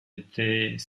était